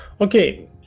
Okay